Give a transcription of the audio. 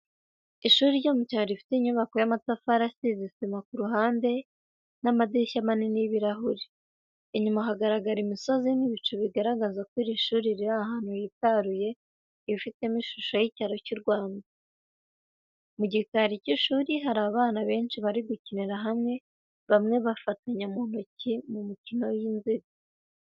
Ishuri ryo mu cyaro, rifite inyubako y’amatafari asize isima ku ruhande rwinshi n’amadirishya manini y’ibirahure. Inyuma, hagaragara imisozi n’ibicu, bigaragaza ko iri shuri riri ahantu hitaruye, hifitemo ishusho y’icyaro cy’u Rwanda. Mu gikari cy’ishuri, hari abana benshi bari gukinira hamwe, bamwe bafatanye mu ntoki mu mukino w’inziga.